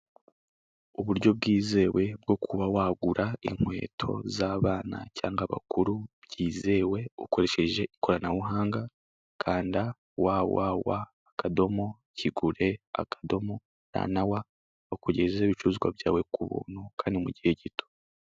Uburyo bwizewe bwo kuba wagura inkweto z'abana cyangwa bakuru byizewe, ukoresheje ikoranabuhangqa, kanda wa, wa, wa, akadomo, kigure, akadomo, ra na wa, bakugezeho ibicuruzwa byawe ku buntu, kandi mu gihe gito.